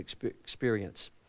experience